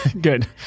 good